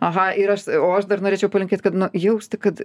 aha ir aš o aš dar norėčiau palinkėt kad nu jausti kad